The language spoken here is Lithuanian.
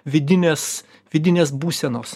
vidinės vidinės būsenos